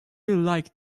like